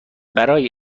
برای